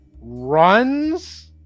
runs